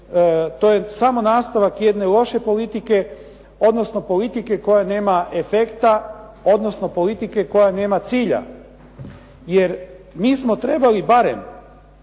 to je samo nastavak jedne loše politike odnosno politike koja nema efekta, odnosno politike koja nema cilja jer mi smo trebali barem